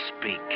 speak